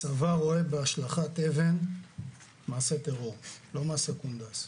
הצבא רואה בהשלכת אבן מעשה טרור, לא מעשה קונדס.